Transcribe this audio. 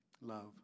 Love